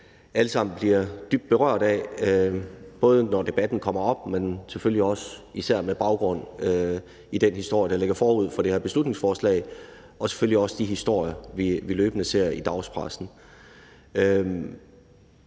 alle sammen blive dybt berørt af, både når debatten kommer op, men selvfølgelig også især med baggrund i den historie, der ligger forud for det her beslutningsforslag, og selvfølgelig også de historier, vi løbende ser i dagspressen.